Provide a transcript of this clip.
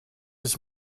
his